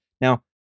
Now